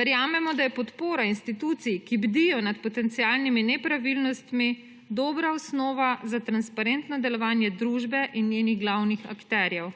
Verjamemo, da je podpora institucij, ki bdijo nad potencialnimi nepravilnostmi, dobra osnova za transparentno delovanje družbe in njenih glavnih akterjev.